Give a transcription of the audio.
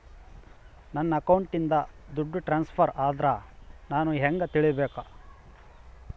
ನನ್ನ ಅಕೌಂಟಿಂದ ದುಡ್ಡು ಟ್ರಾನ್ಸ್ಫರ್ ಆದ್ರ ನಾನು ಹೆಂಗ ತಿಳಕಬೇಕು?